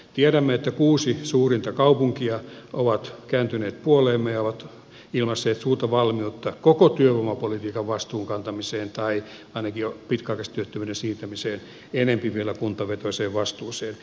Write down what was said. tiedämme että kuusi suurinta kaupunkia on kääntynyt puoleemme ja ilmaissut suurta valmiutta koko työvoimapolitiikan vastuun kantamiseen tai ainakin pitkäaikaistyöttömyyden siirtämiseen enempi vielä kuntavetoiseen vastuuseen